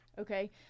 Okay